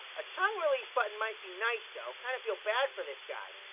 a tongue-release button might be nice though. kind of feel bad for this guy.